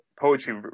poetry